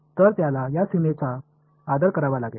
तर त्याला या सीमेचा आदर करावा लागेल